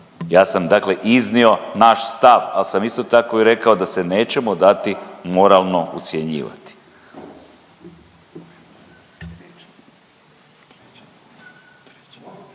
Ja sam dakle iznio naš stav, ali sam isto tako i rekao da se nećemo dati moralno ucjenjivati.